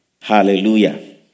Hallelujah